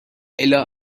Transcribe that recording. الا